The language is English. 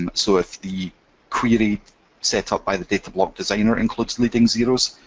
and so if the query set up by the datablock designer includes leading zeros,